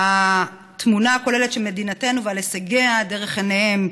בתמונה הכוללת של מדינתנו והישגיה דרך עיניהם